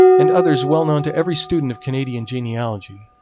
and others well known to every student of canadian genealogy,